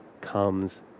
comes